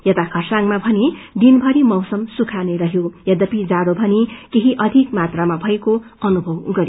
यता खरसाङमा भने दिनभरि मौसम सुखा नै रहमो यद्यपि जाड़ो भने केही अविक मात्रामा भएको अनुभव गरियो